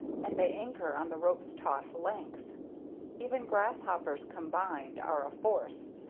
and they anchor on the rope's taut length even grasshoppers combined, are a force,